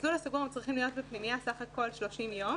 במסלול הסגור הם צריכים להיות בפנימייה בסך-הכול 30 יום,